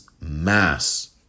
mass